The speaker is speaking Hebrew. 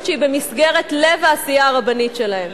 שהיא במסגרת לב העשייה הרבנית שלהם.